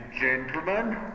gentlemen